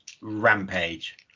rampage